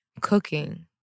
cooking